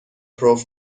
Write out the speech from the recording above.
پرو